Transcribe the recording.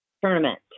tournament